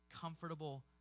comfortable